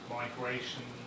migration